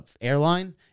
airline